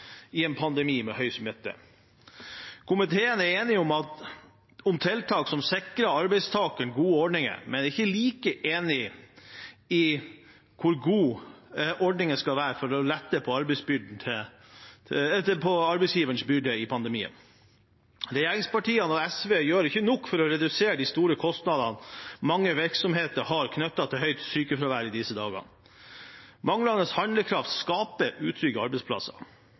i en pandemi med mye smitte. Komiteen er enig om tiltak som sikrer arbeidstakeren gode ordninger, men er ikke like enig om hvor gode ordningene skal være for å lette på arbeidsgiverens byrde i pandemien. Regjeringspartiene og SV gjør ikke nok for å redusere de store kostnadene mange virksomheter har knyttet til høyt sykefravær disse dagene. Manglende handlekraft skaper utrygge arbeidsplasser.